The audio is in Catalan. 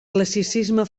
classicisme